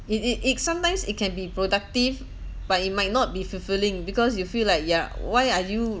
it it it sometimes it can be productive but it might not be fulfilling because you feel like yeah why are you